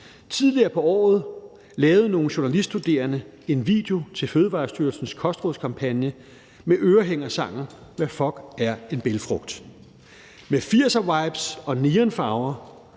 Tidligere på året lavede nogle journaliststuderende en video til Fødevarestyrelsens kostrådskampagne med ørehængersangen »Hvad fuck er en bælgfrugt« med firservibes og neonfarver.